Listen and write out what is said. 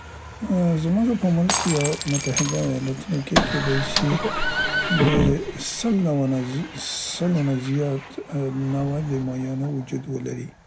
زمونګه په ملک یا متحده ایالاتونو کې کیدای سي د سلو نوع نه ز- سلو نه زیات نوع د مایانو وجود ولري.